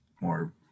more